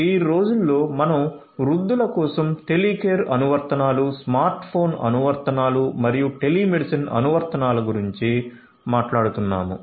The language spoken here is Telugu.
ఈరోజుల్లో మనం వృద్ధుల కోసం టెలికేర్ అనువర్తనాలు స్మార్ట్ ఫోన్ అనువర్తనాలు మరియు టెలిమెడిసిన్ అనువర్తనాల గురించి మాట్లాడుతున్నాము